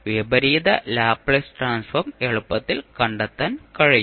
വിപരീത Laplace transform എളുപ്പത്തിൽ കണ്ടെത്താൻ കഴിയും